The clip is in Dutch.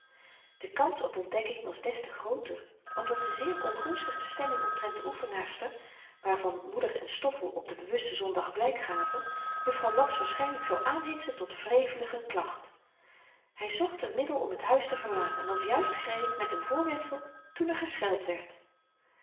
de kans op ontdekking was des te grooter omdat de zeer ongunstige stemming omtrent de oefenaarster waarvan moeder en stoffel op den bewusten zondag blyk gaven juffrouw laps waarschynlyk zou aanhitsen tot wrevelige klacht hy zocht n middel om t huis te verlaten en was juist gereed met n voorwendsel toen er gescheld werd